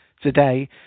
today